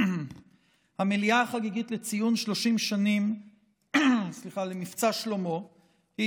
המליאה החגיגית לציון 30 שנים למבצע שלמה היא